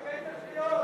תתקן את השגיאות,